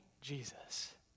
Jesus